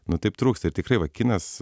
nu taip trūksta ir tikrai va kinas